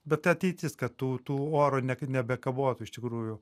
bet tai ateitis kad tų tų oro nekab nebekabotų iš tikrųjų